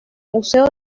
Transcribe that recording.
museo